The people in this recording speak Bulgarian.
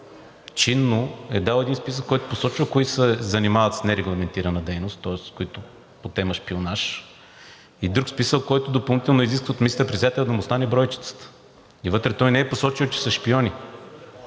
най-чинно е дал един списък, в който посочва кои се занимават с нерегламентирана дейност, тоест по тема „Шпионаж“, и друг списък, който допълнително е изискан от министър-председателя да му стане бройчицата. И вътре той не е посочил, че са шпиони.